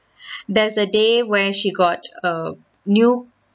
there's a day where she got err new